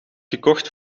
gekocht